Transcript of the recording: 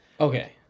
Okay